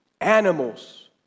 Animals